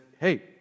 hey